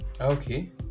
Okay